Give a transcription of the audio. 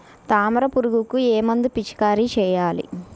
తామర పురుగుకు ఏ మందు పిచికారీ చేయాలి?